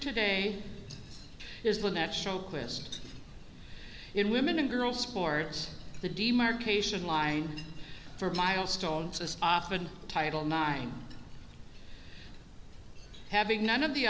today is the next show quist in women and girls sports the demarcation line for milestones as often title nine having none of the